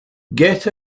get